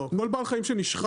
לא כל בעל חיים שנשחט.